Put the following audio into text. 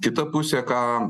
kita pusė ką